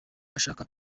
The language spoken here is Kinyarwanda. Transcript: ashaka